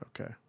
Okay